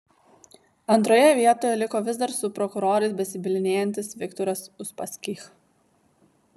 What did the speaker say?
antroje vietoje liko vis dar su prokurorais besibylinėjantis viktoras uspaskich